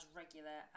regular